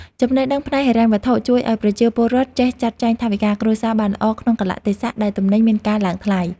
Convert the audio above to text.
ចំណេះដឹងផ្នែកហិរញ្ញវត្ថុជួយឱ្យប្រជាពលរដ្ឋចេះចាត់ចែងថវិកាគ្រួសារបានល្អក្នុងកាលៈទេសៈដែលទំនិញមានការឡើងថ្លៃ។